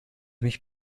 mich